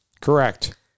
Correct